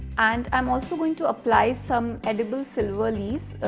and i'm also going to apply some edible silver leaves,